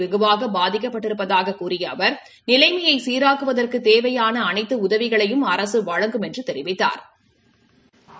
வெகுவாக பாதிக்கப்பட்டிருப்பதாகக் கூறிய அவர் நிலைமையை சீராக்குவதற்கு தேவையான அனைத்து உதவிகளையும் அரசு வழங்கும் திரு ராஜ்நாத்சிங் தெரிவித்தாா்